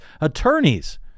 attorneys